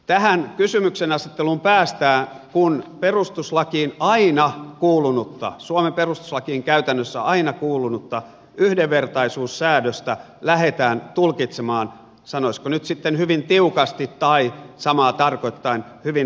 tähän kysymyksenasetteluun päästään kun suomen perustuslakiin käytännössä aina kuulunutta yhdenvertaisuussäädöstä lähdetään tulkitsemaan sanoisiko nyt sitten hyvin tiukasti tai samaa tarkoittaen hyvin laajasti